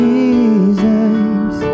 Jesus